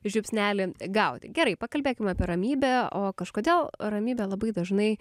žiupsnelį gauti gerai pakalbėkime apie ramybę o kažkodėl ramybė labai dažnai